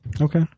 Okay